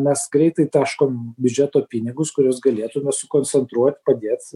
mes greitai taškom biudžeto pinigus kuriuos galėtume sukoncentruot padėt